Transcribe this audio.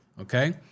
Okay